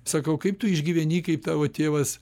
sakau kaip tu išgyveni kai tavo tėvas